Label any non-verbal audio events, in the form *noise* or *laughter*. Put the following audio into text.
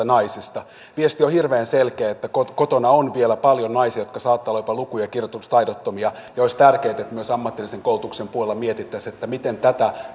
*unintelligible* naisista viesti on hirveän selkeä että kotona on vielä paljon naisia jotka saattavat olla jopa luku ja kirjoitustaidottomia ja olisi tärkeätä että myös ammatillisen koulutuksen puolella mietittäisiin miten tätä *unintelligible*